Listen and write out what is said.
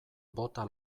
bota